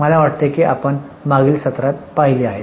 मला वाटते की आपण मागील सत्रात पाहिले आहे